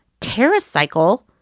TerraCycle